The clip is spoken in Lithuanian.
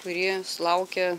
kurie laukia